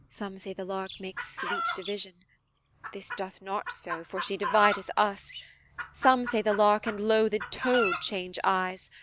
some say the lark makes sweet division this doth not so, for she divideth us some say the lark and loathed toad change eyes